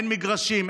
אין מגרשים,